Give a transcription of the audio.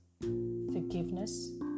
forgiveness